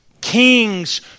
Kings